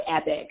epic